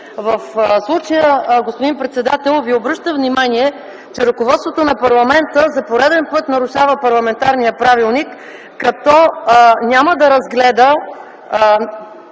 В случая, господин председател, Ви обръщам внимание, че ръководството на парламента за пореден път нарушава парламентарния правилник, като допуска Народното